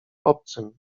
obcym